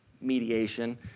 mediation